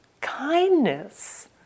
kindness